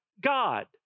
God